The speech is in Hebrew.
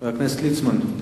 חבר הכנסת יעקב ליצמן.